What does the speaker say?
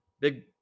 big